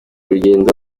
urugendo